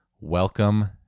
welcome